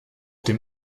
dem